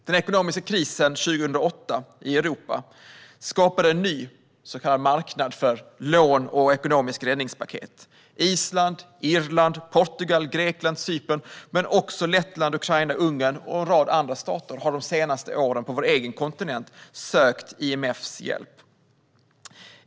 Den ekonomiska krisen 2008 i Europa skapade en ny så kallad marknad för lån och ekonomiska räddningspaket. Island, Irland, Portugal, Grekland och Cypern men också Lettland, Ukraina, Ungern och en rad andra stater på vår egen kontinent har de senaste åren sökt IMF:s hjälp.